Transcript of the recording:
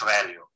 value